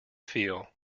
feel